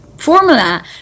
formula